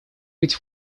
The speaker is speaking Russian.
быть